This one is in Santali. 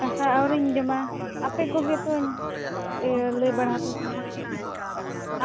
ᱫᱟᱠᱟ ᱟᱹᱣᱨᱤᱧ ᱡᱚᱢᱟ ᱟᱯᱮ ᱠᱚᱜᱮ ᱛᱚᱧ ᱞᱟᱹᱭ ᱵᱟᱲᱟ ᱟᱯᱮ ᱠᱟᱱᱟ